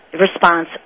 response